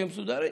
שהם מסודרים,